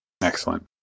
Excellent